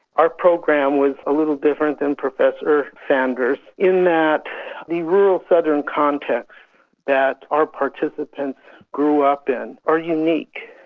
our program was a little different than professor sanders' in that the rural southern context that our participants grew up in are unique,